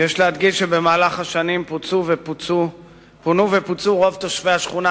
יש להדגיש שבמהלך השנה פונו ופוצו רוב תושבי השכונה.